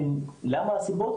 מה הסיבות?